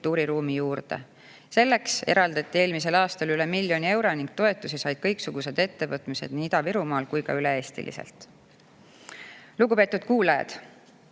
kultuuriruumi juurde. Selleks eraldati eelmisel aastal üle miljoni euro ning toetusi said kõiksugused ettevõtmised nii Ida-Virumaal kui ka üle Eesti. Lugupeetud kuulajad!